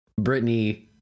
Britney